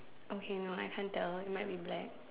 okay no I can't tell might be black